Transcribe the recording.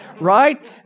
right